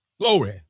Glory